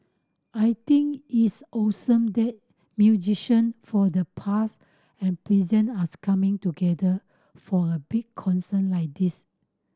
I think it's awesome that musician for the past and present as coming together for a big concert like this